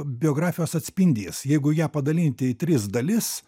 biografijos atspindys jeigu ją padalinti į tris dalis